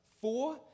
Four